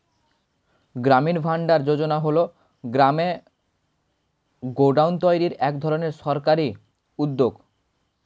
গ্রামীণ ভান্ডার যোজনা হল গ্রামে গোডাউন তৈরির এক ধরনের সরকারি উদ্যোগ